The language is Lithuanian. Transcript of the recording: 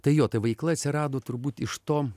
tai jo ta veikla atsirado turbūt iš to